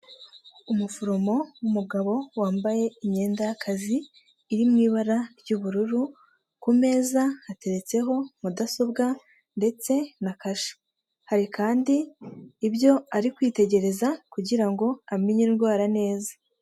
Umuforomo w'umugabo wambaye imyenda y'akazi iri mu ibara ry'ubururu, ku meza hateretseho mudasobwa ndetse na kashe, hari kandi ibyo ari kwitegereza kugira ngo amenye indwara neza.